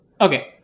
Okay